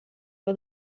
for